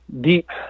deep